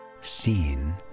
seen